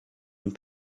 une